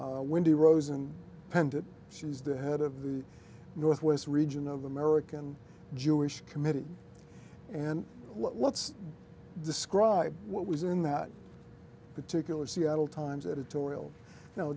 the rosen penned she's the head of the northwest region of american jewish committee and let's describe what was in that particular seattle times editorial no